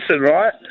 right